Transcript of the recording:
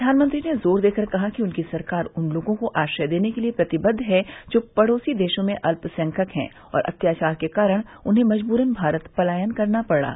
प्रधानमंत्री ने जोर देकर कहा कि उनकी सरकार उन लोगों को आश्रय देने के लिए प्रतिबद्व है जो पड़ोसी देशों में अल्पसंख्यक हैं और अत्याचार के कारण उन्हें मजबूरन भारत पलायन करना पड़ा